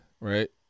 right